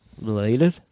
Related